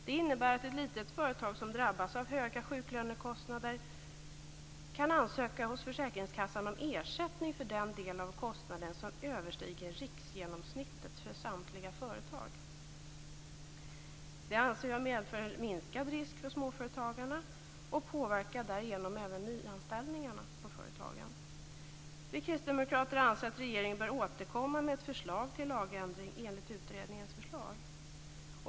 Det innebär att ett litet företag som drabbas av höga sjuklönekostnader kan ansöka hos försäkringskassan om ersättning för den del av kostnaden som överstiger riksgenomsnittet för samtliga företag. Det anser man medför en minskad risk för småföretagarna, och det påverkar därigenom även nyanställningarna på företagen. Vi kristdemokrater anser att regeringen bör återkomma med ett förslag till lagändring enligt utredningens förslag.